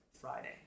Friday